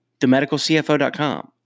TheMedicalCFO.com